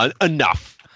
enough